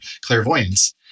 clairvoyance